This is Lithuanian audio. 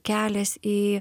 kelias į